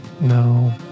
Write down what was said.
No